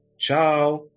Ciao